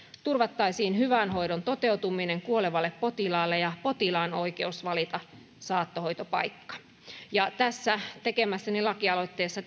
turvattaisiin hyvän hoidon toteutuminen kuolevalle potilaalle ja potilaan oikeus valita saattohoitopaikka tässä tekemässäni lakialoitteessa